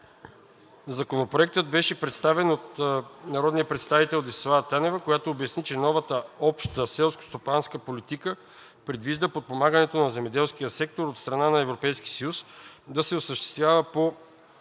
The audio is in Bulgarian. Законопроектът беше представен от народния представител Десислава Танева, която обясни, че новата Обща селскостопанска политика предвижда подпомагането на земеделския сектор от страна на Европейския съюз да се осъществява по